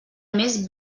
més